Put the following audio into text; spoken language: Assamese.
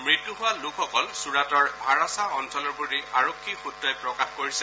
মৃত্যু হোৱা লোকসকল ছুৰাটৰ ভাৰাছা অঞ্চলৰ বুলি আৰক্ষী সূত্ৰই প্ৰকাশ কৰিছে